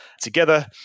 together